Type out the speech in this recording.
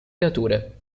creature